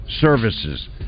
services